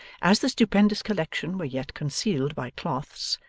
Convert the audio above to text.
as the stupendous collection were yet concealed by cloths,